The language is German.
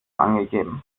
angegeben